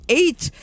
eight